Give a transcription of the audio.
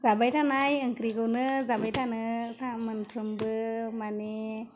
जाबाय थानाय ओंख्रिखौनो जाबाय थानो सान मोनफ्रोमबो माने